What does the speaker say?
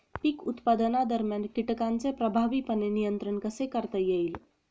पीक उत्पादनादरम्यान कीटकांचे प्रभावीपणे नियंत्रण कसे करता येईल?